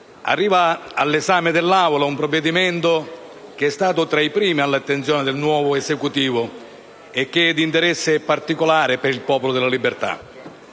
arriva alla votazione dell'Aula un provvedimento che è stato tra i primi all'attenzione del nuovo Esecutivo e che è di interesse particolare per il Popolo della Libertà.